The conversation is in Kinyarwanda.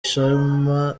ishema